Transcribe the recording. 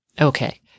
Okay